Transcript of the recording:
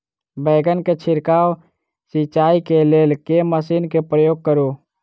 बैंगन केँ छिड़काव सिचाई केँ लेल केँ मशीन केँ प्रयोग करू?